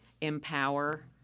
empower